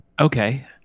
Okay